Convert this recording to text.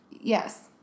yes